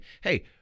hey